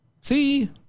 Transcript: See